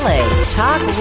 Talk